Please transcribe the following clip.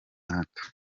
hato